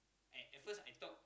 at the first I thought